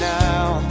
now